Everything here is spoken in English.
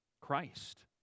Christ